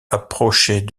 approchait